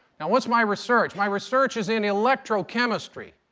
and what's my research? my research is in electrochemistry.